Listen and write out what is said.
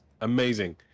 amazing